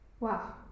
Wow